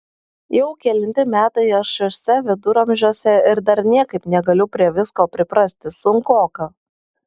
jau kelinti metai aš šiuose viduramžiuose ir dar niekaip negaliu prie visko priprasti sunkoka